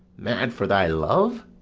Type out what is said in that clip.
mad for thy love?